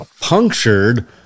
Punctured